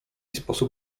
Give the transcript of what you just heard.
sposób